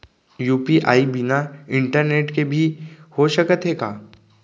UPI बिना internet के भी हो सकत हे का?